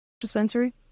Dispensary